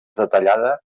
detallada